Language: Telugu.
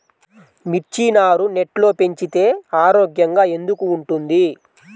మిర్చి నారు నెట్లో పెంచితే ఆరోగ్యంగా ఎందుకు ఉంటుంది?